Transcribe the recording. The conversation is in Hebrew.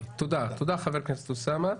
תודה, חבר הכנסת אוסאמה.